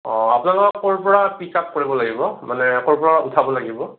অ' আপোনালোকক ক'ৰ পৰা পিক আপ কৰিব লাগিব মানে ক'ৰ পৰা উঠাব লাগিব